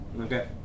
Okay